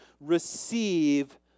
receive